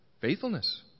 Faithfulness